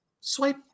swipe